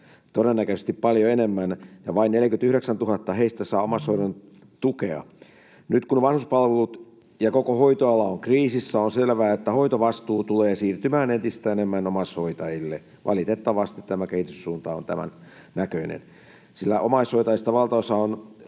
todennäköisesti paljon enemmän — ja vain 49 000 heistä saa omaishoidon tukea. Nyt kun vanhuspalvelut ja koko hoitoala ovat kriisissä, on selvää, että hoitovastuu tulee siirtymään entistä enemmän omaishoitajille. Valitettavasti tämä kehityssuunta on tämännäköinen, sillä me tiedämme, että omaishoitajista valtaosa on